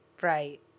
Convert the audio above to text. Right